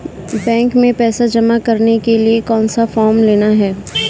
Bank में पैसा जमा करने के लिए कौन सा फॉर्म लेना है?